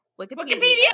Wikipedia